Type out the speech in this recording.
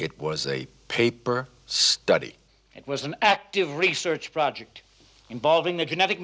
it was a paper study it was an active research project involving the genetic